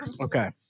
okay